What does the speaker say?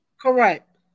Correct